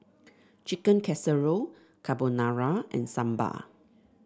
Chicken Casserole Carbonara and Sambar